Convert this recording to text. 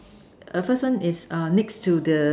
err first one is uh next to the